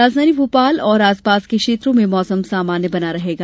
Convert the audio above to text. राजधानी भोपाल और आसपास के क्षेत्रों में मौसम सामान्य बना रहेगा